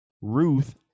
Ruth